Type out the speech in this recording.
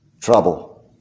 Trouble